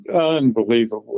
unbelievably